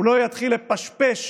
הוא לא יתחיל לפשפש